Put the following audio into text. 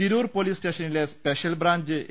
Tirur police സ്റ്റേഷനിലെ special branch A